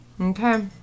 Okay